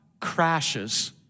crashes